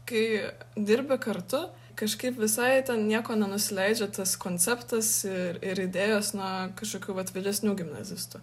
kai dirbi kartu kažkaip visai ten niekuo nenusileidžia tas konceptas ir ir idėjos nuo kažkokių vat vyresnių gimnazistų